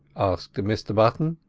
asked mr button.